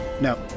No